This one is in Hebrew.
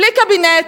בלי קבינט,